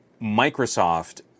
Microsoft